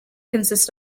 consists